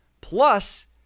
Plus